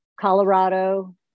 Colorado